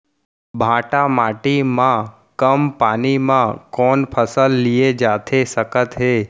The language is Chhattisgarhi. भांठा माटी मा कम पानी मा कौन फसल लिए जाथे सकत हे?